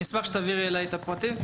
אשמח שתעבירי אליי את הפרטים.